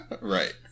Right